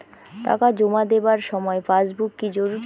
টাকা জমা দেবার সময় পাসবুক কি জরুরি?